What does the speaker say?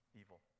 evil